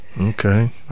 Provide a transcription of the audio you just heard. Okay